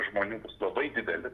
žmonių bus labai didelis